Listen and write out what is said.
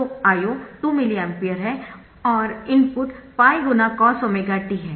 तो I0 2 mA है और इनपुट 𝜋 × cos⍵t है